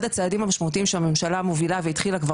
אחד הצעדים במשמעותיים שהממשלה מובילה והתחילה כבר